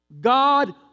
God